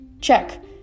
Check